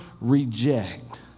reject